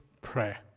prayer